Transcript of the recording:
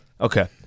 Okay